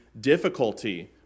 difficulty